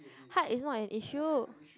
height is not an issue